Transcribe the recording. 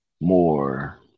more